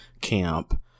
camp